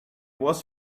was